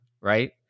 right